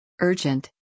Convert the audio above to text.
Urgent